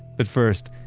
but first,